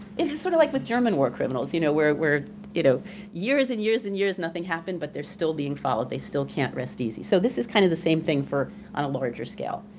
it's it's sort of like with german war criminals, you know, where where you know years and years and years nothing happened, but they're still being followed. they still can't rest easy. so this is kind of the same thing on a larger scale.